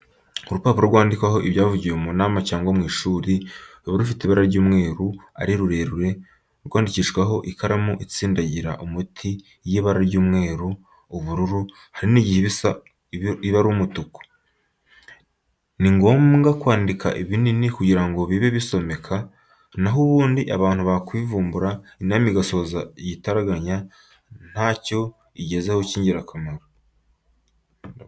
Urupapuro rwandikwaho ibyavugiwe mu nama cyangwa mu ishuri, ruba rufite ibara ry'umweru, ari rurerure, rwandikishwaho ikaramu itsindagira umuti y'ibara ry'umweru, ubururu, hari n'igihe iba ari umutuku. Ni ngombwa kwandika binini kugira ngo bibe bisomeka, na ho ubundi abantu bakwivumbura, inama igasoza igitaraganya ntacyo igezeho cy'ingirakamaro.